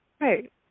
Right